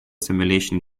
simulation